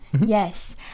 Yes